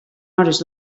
hores